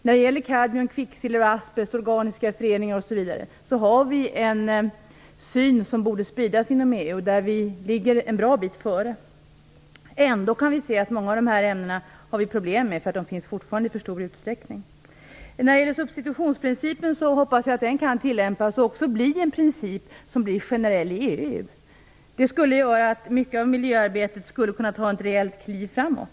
När det gäller kadmium, kvicksilver, asbest, organiska föreningar, osv. har vi en syn som borde spridas inom EU. Vi ligger nämligen en bra bit före. Trots det kan vi se att vi har problem med många av de här ämnena, därför att de fortfarande finns i för stor utsträckning. Jag hoppas att substitutionsprincipen kan tillämpas och också gälla generellt i EU. Det skulle göra att mycket av miljöarbetet skulle kunna ta ett rejält kliv framåt.